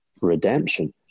redemption